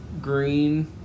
green